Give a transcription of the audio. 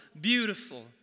beautiful